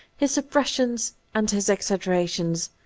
his suppressions, and his exaggerations.